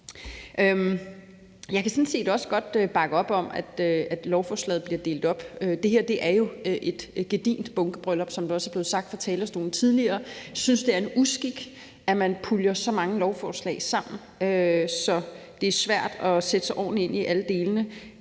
Jeg kan sådan set også godt bakke op om, at lovforslaget bliver delt op. Det her er jo et gedigent bunkebryllup, som der også er blevet sagt fra talerstolen tidligere. Jeg synes, det er en uskik, at man puljer så mange lovforslag sammen, så det er svært at sætte sig ordentlig ind i alle delene.